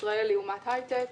ישראל היא אומת הייטק,